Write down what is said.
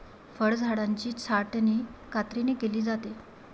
फळझाडांची छाटणी कात्रीने केली जाते